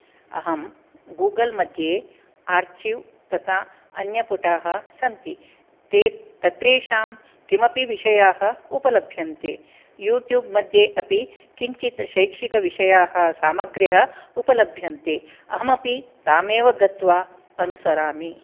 अहं गूगल् मध्ये आर्चिव् तथा अन्यपुटाः सन्ति ते तत्रेषां किमपि विषयाः उपलभ्यन्ते यूटूब् मध्ये अपि किञ्चित् शैक्षिकविषयाः सामग्र्यः उपलभ्यन्ते अहमपि तामेव गत्वा अनुसरामि